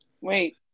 Wait